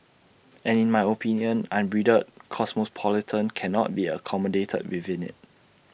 and in my opinion unbridled cosmopolitanism cannot be accommodated within IT